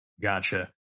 Gotcha